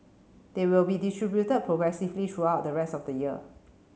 they will be distributed progressively throughout the rest of the year